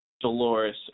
Dolores